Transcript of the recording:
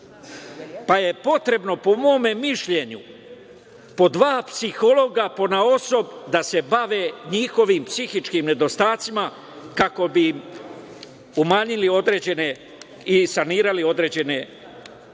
pa je potrebno, po mom mišljenju po dva psihologa ponaosob da se bave njihovim psihičkim nedostacima, kako bi im umanjili i sanirali određene